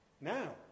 Now